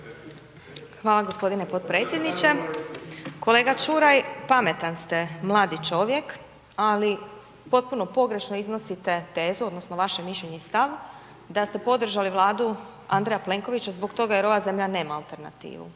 Hvala gospodine podpredsjedniče, kolega Ćuraj pametan ste mladi čovjek, ali potpuno pogrešno iznosite tezu odnosno vaše mišljenje i stav da ste podržali Vladu Andreja Plenkovića zbog toga jer ova zemlja nema alternativu.